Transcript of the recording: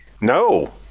no